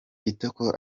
kitoko